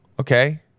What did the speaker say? Okay